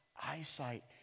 eyesight